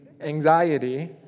anxiety